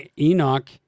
Enoch